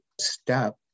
step